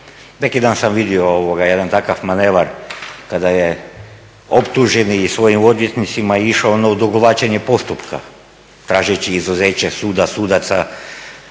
Neki dan sam vidio jedan takav manevar kada je optuženi svojim odvjetnicima išao na odugovlačenje postupka tražeći izuzeće suda, sudaca